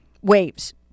waves